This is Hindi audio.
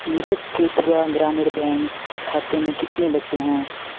मेरे त्रिपुरा ग्रामीण बैंक खाते में कितने बचे हैं